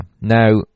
now